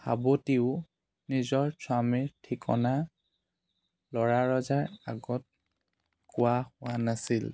সাৱতিও নিজৰ স্বামীৰ ঠিকনা ল'ৰা ৰজাৰ আগত কোৱা হোৱা নাছিল